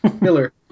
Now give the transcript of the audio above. Miller